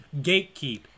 Gatekeep